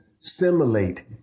simulate